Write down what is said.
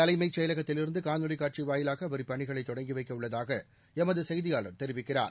தலைமை செயலகத்திலிருந்து காணொளி காட்சி வாயிலாக அவர் இப்பணிகளை தொடங்கி வைக்க உள்ளதாக எமது செய்தியாளர் தெரிவிக்கிறார்